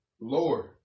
Lord